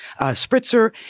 spritzer